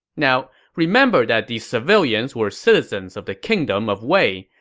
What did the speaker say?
now, remember that these civilians were citizens of the kingdom of wei,